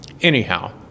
anyhow